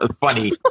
funny